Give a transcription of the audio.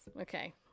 Okay